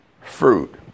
fruit